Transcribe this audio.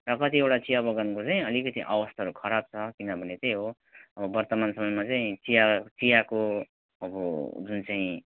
र कतिवटा चिया बगानको चाहिँ अलिकति अवस्थाहरू खराब छ किनभने त्यही हो अब वर्तमान समयमा चाहिँ चिया चियाको अब जुन चाहिँ